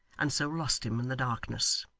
and so lost him in the darkness.